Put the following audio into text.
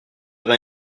vin